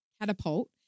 catapult